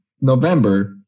November